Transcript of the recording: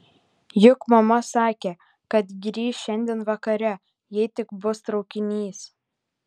juk mama sakė kad grįš šiandien vakare jei tik bus traukinys